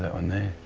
one there.